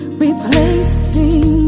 replacing